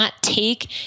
take